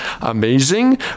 amazing